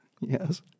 Yes